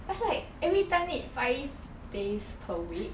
but like every time need five days per week